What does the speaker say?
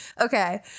Okay